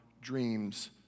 dreams